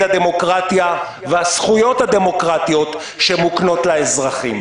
הדמוקרטיה והזכויות הדמוקרטיות שמוקנות לאזרחים.